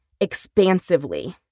expansively